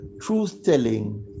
truth-telling